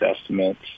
estimates